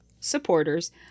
supporters